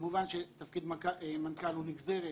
כמובן שתפקיד מנכ"ל הוא נגזרת